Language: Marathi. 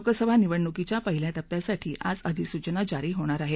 लोकसभा निवडणुकीच्या पहिल्या टप्प्यासाठी आज अधिसूचना जारी होणार आहे